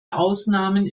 ausnahmen